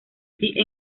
así